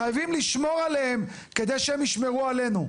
חייבים לשמור עליהם כדי שהם ישמרו עלינו.